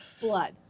blood